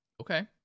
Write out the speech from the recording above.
Okay